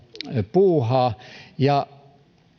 puuhaa ja